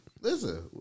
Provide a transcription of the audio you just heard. Listen